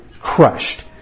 crushed